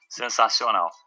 sensacional